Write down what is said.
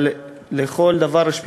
אבל לכל דבר יש פתרון,